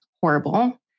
horrible